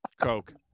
coke